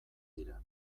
dira